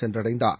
சென்றடைந்தார்